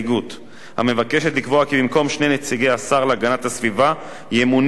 לקבוע כי במקום שני נציגי השר להגנת הסביבה ימונה רק ממלא-מקום אחד,